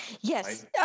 Yes